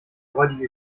räudige